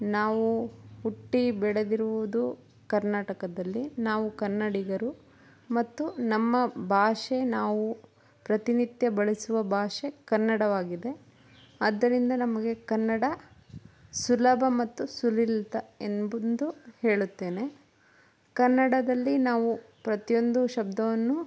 ನಾವು ಹುಟ್ಟಿ ಬೆಳೆದಿರುವುದು ಕರ್ನಾಟಕದಲ್ಲಿ ನಾವು ಕನ್ನಡಿಗರು ಮತ್ತು ನಮ್ಮ ಭಾಷೆ ನಾವು ಪ್ರತಿನಿತ್ಯ ಬಳಸುವ ಭಾಷೆ ಕನ್ನಡವಾಗಿದೆ ಆದ್ದರಿಂದ ನಮಗೆ ಕನ್ನಡ ಸುಲಭ ಮತ್ತು ಸುಲಲಿತ ಎಂಬೆಂದು ಹೇಳುತ್ತೇನೆ ಕನ್ನಡದಲ್ಲಿ ನಾವು ಪ್ರತಿಯೊಂದು ಶಬ್ಧವನ್ನು